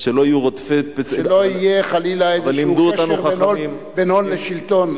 שלא יהיה חלילה איזשהו קשר בין הון לשלטון.